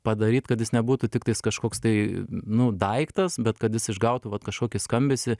padaryt kad jis nebūtų tiktais kažkoks tai nu daiktas bet kad jis išgautų vat kažkokį skambesį